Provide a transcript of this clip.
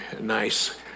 nice